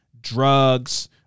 drugs